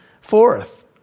forth